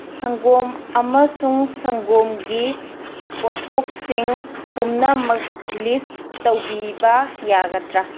ꯁꯪꯒꯣꯝ ꯑꯃꯁꯨꯡ ꯁꯪꯒꯣꯝꯒꯤ ꯄꯣꯊꯣꯛꯁꯤꯡ ꯄꯨꯝꯅꯃꯛ ꯂꯤꯁ ꯇꯧꯕꯤꯕ ꯌꯥꯒꯗ꯭ꯔꯥ